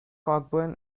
cockburn